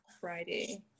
Friday